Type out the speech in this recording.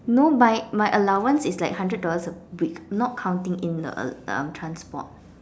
no my my allowance is like hundred dollars a week not counting in the uh transport